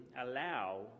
allow